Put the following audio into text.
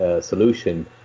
solution